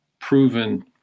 proven